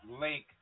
link